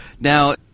Now